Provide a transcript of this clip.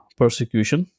persecution